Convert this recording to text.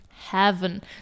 heaven